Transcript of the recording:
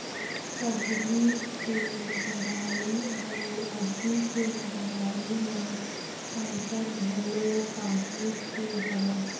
पहिली के मंहगाई अउ अभी के मंहगाई म अंतर घलो काहेच के हवय